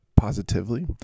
positively